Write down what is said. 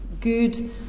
good